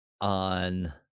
on